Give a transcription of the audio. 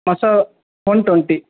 மசா one twenty